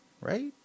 right